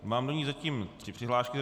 Mám do ní zatím tři přihlášky.